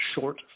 short